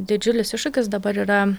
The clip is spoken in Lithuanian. didžiulis iššūkis dabar yra